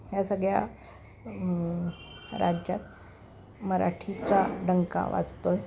या सगळ्या राज्यात मराठीचा डंका वाजतो आहे